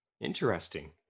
Interesting